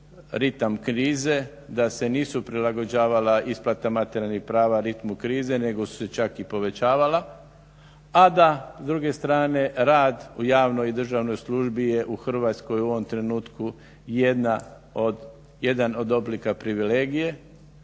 ritam krize, da se nisu prilagođavali isplata materijalnih prava ritmu krize nego su se čak i povećavala, a da s druge strane rad u javnoj i državnoj službi je u Hrvatskoj u ovom trenutku jedan od oblika privilegije